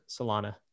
Solana